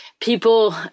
people